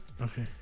Okay